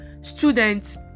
students